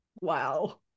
wow